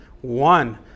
one